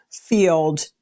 field